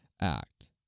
act